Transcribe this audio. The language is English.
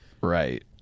Right